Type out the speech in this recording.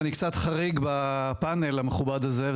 ואני קצת חריג בפאנל המכובד הזה,